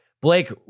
Blake